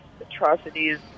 atrocities